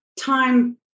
time